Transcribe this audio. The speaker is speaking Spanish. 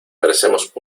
merecemos